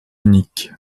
unique